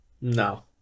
No